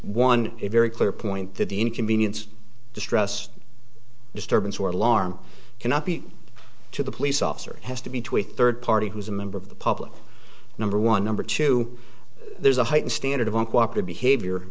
one a very clear point that the inconvenience distress disturbance or larm cannot be to the police officer has to be to a third party who's a member of the public number one number two there's a heightened standard of all coopted behavior